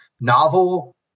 novel